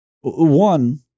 one